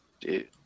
dude